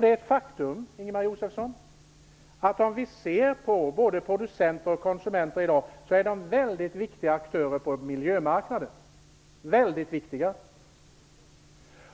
Det är ett faktum att både konsumenter och producenter i dag är väldigt viktiga aktörer på miljömarknaden.